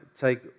take